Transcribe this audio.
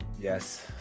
yes